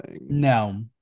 No